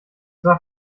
war